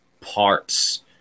parts